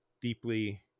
deeply